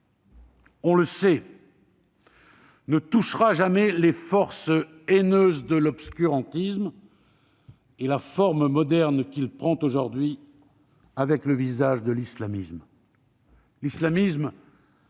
on le sait, ne touchera jamais les forces haineuses de l'obscurantisme et la forme moderne qu'il prend aujourd'hui avec le visage de l'islamisme.